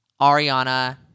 Ariana